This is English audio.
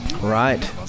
Right